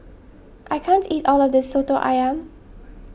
I can't eat all of this Soto Ayam